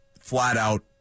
flat-out